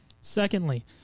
Secondly